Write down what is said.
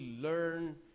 learn